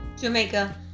Jamaica